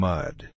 Mud